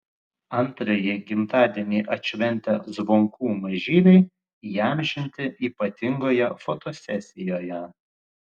antrąjį gimtadienį atšventę zvonkų mažyliai įamžinti ypatingoje fotosesijoje